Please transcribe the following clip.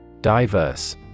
Diverse